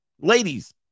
Ladies